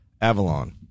Avalon